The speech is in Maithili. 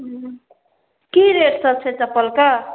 हूँ की रेट सब छै चप्पलके